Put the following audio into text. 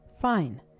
fine